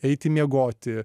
eiti miegoti